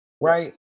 right